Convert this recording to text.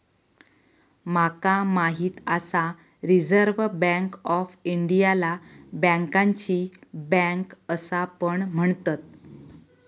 माका माहित आसा रिझर्व्ह बँक ऑफ इंडियाला बँकांची बँक असा पण म्हणतत